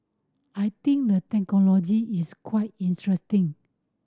I think the technology is quite interesting